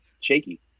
shaky